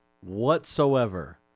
whatsoever